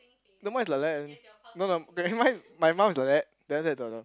no my is like that one no no my okay my mouth is like that than after that the the